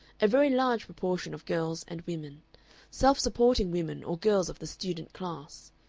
a very large proportion of girls and women self-supporting women or girls of the student class.